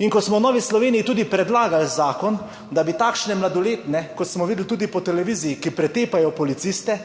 In ko smo v Novi Sloveniji tudi predlagali zakon, da bi takšne mladoletne kot smo videli tudi po televiziji, ki pretepajo policiste,